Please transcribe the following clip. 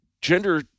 gender